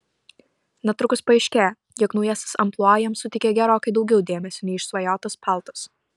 netrukus paaiškėja jog naujasis amplua jam suteikia gerokai daugiau dėmesio nei išsvajotas paltas